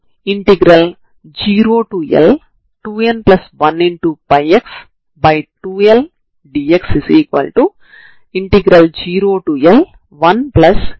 చివరగా రెండు వైపులా పాజిటివ్ చేయడానికి మనం ఈ ని రద్దు చేస్తాము